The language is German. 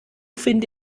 finde